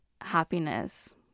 happiness